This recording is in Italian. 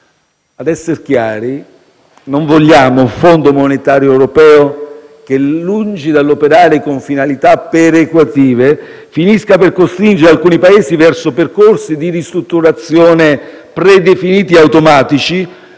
Per essere chiari, non vogliamo un Fondo monetario europeo che, lungi dall'operare con finalità perequative, finisca per costringere alcuni Paesi verso percorsi di ristrutturazione predefiniti e automatici,